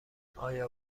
آیا